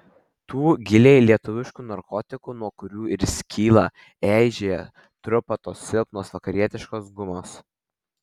tų giliai lietuviškų narkotikų nuo kurių ir skyla eižėja trupa tos silpnos vakarietiškos gumos